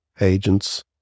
agents